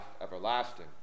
everlasting